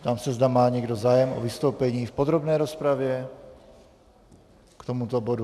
Ptám se, zda má někdo zájem o vystoupení v podrobné rozpravě k tomuto bodu.